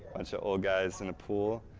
and so old guys in a pool,